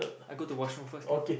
I go to washroom first can